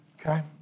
okay